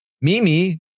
Mimi